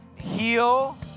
heal